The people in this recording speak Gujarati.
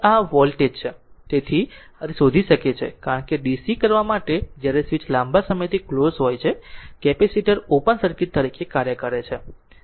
તેથી આ છે તે શોધી શકે છે કારણ કે DC કરવા માટે જ્યારે સ્વીચ લાંબા સમયથી ક્લોઝ હોય છે કેપેસિટર ઓપન સર્કિટ તરીકે કાર્ય કરે છે